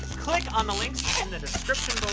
click on the links in the description